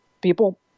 People